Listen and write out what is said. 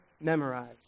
memorized